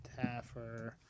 Taffer